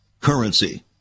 currency